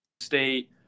State